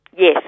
Yes